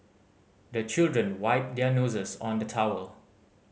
the children wipe their noses on the towel